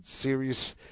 serious